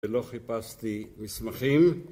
ולא חיפשתי מסמכים